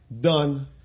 done